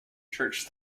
church